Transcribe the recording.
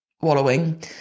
wallowing